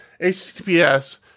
HTTPS